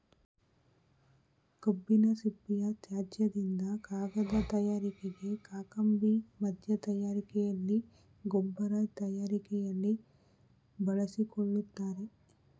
ಕಬ್ಬಿನ ಸಿಪ್ಪೆಯ ತ್ಯಾಜ್ಯದಿಂದ ಕಾಗದ ತಯಾರಿಕೆಗೆ, ಕಾಕಂಬಿ ಮಧ್ಯ ತಯಾರಿಕೆಯಲ್ಲಿ, ಗೊಬ್ಬರ ತಯಾರಿಕೆಯಲ್ಲಿ ಬಳಸಿಕೊಳ್ಳುತ್ತಾರೆ